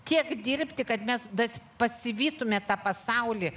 tiek dirbti kad mes tas pasivytumėme tą pasaulį